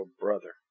brother